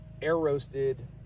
air-roasted